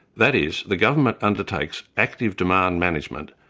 that is, the government undertakes active demand management,